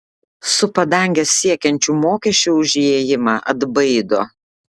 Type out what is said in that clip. su padanges siekiančiu mokesčiu už įėjimą atbaido